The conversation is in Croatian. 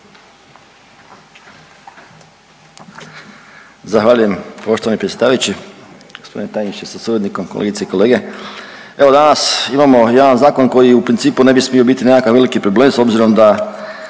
Zahvaljujem poštovani predsjedavajući, g. tajniče sa suradnikom, kolegice i kolege. Evo danas imamo jedan zakon koji u principu ne bi smio biti nekakav veliki problem s obzirom da